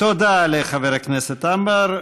תודה לחבר הכנסת עמאר.